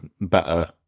better